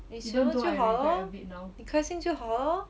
你喜欢就好 lor 你开心就好 lor